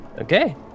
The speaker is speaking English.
okay